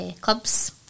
clubs